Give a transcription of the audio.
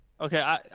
Okay